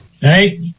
Hey